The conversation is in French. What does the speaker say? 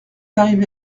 arrivé